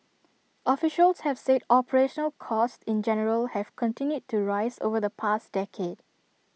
officials have said operational costs in general have continued to rise over the past decade